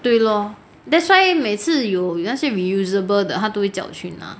对 lor that's why 每次有有那些 reusable 的他都会叫我去拿